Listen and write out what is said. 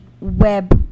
web